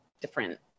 different